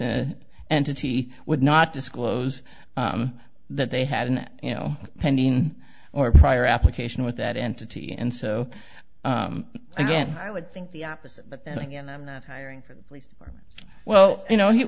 city would not disclose that they had an you know pending or prior application with that entity and so again i would think the opposite but then again i'm not hiring for police departments well you know he